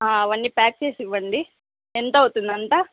అవన్నీ ప్యాక్ చేసివ్వండి ఎంత అవుతుంది అంతా